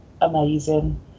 amazing